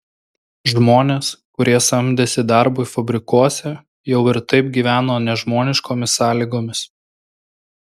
žmonės kurie samdėsi darbui fabrikuose jau ir taip gyveno nežmoniškomis sąlygomis